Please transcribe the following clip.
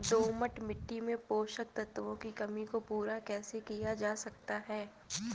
दोमट मिट्टी में पोषक तत्वों की कमी को पूरा कैसे किया जा सकता है?